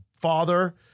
father